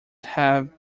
have